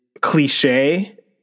cliche